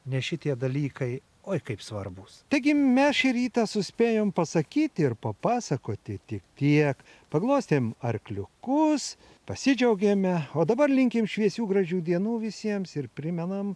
nes šitie dalykai oi kaip svarbūs taigi mes šį rytą suspėjom pasakyt ir papasakoti tik tiek paglostėm arkliukus pasidžiaugėme o dabar linkim šviesių gražių dienų visiems ir primenam